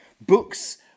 Books